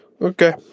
Okay